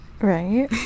Right